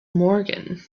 morgan